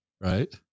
Right